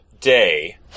day